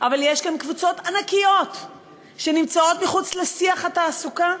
אבל יש כאן קבוצות ענקיות שנמצאות מחוץ לשיח התעסוקה,